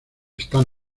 están